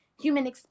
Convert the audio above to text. human